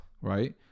right